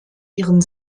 ihren